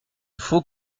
faut